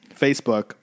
Facebook